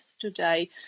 today